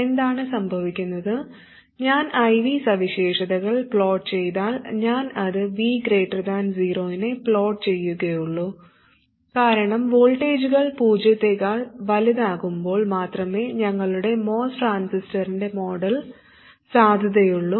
എന്താണ് സംഭവിക്കുന്നത് ഞാൻ I V സ്വഭാവസവിശേഷതകൾ പ്ലോട്ട് ചെയ്താൽ ഞാൻ അത് V 0 നെ പ്ലോട്ട് ചെയ്യുകയുള്ളൂ കാരണം വോൾട്ടേജുകൾ പൂജ്യത്തേക്കാൾ വലുതാകുമ്പോൾ മാത്രമേ ഞങ്ങളുടെ MOS ട്രാൻസിസ്റ്ററിൻറെ മോഡൽ സാധുതയുള്ളൂ